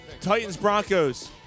Titans-Broncos